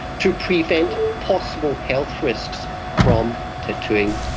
to prevent possible health risks from tattooing.